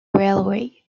railway